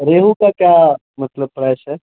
ریہو کا کیا مطلب پرائس ہے